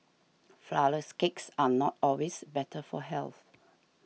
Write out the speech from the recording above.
Flourless Cakes are not always better for health